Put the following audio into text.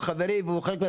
אבל לא מספקת.